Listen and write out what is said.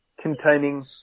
containing